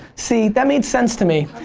see, that made sense to me.